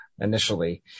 initially